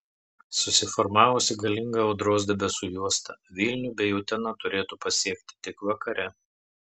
susiformavusi galinga audros debesų juosta vilnių bei uteną turėtų pasiekti tik vakare